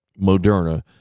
Moderna